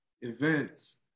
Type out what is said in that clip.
events